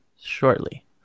shortly